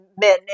men